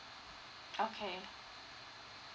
okay